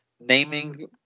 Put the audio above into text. naming